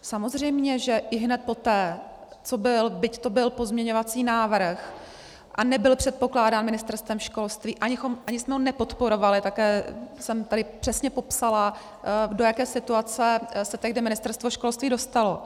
Samozřejmě že ihned poté, co byl byť to byl pozměňovací návrh a nebyl předkládán Ministerstvem školství a ani jsme ho nepodporovali, tak jsem tady přesně popsala, do jaké situace se tehdy Ministerstvo školství dostalo.